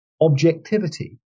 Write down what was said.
objectivity